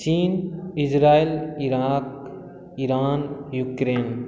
चीन Israel Iraq Iran Ukraine